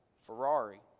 Ferrari